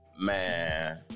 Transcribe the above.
Man